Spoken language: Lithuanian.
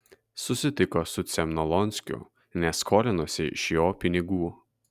susitiko su cemnolonskiu nes skolinosi iš jo pinigų